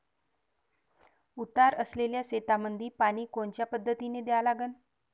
उतार असलेल्या शेतामंदी पानी कोनच्या पद्धतीने द्या लागन?